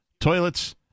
toilets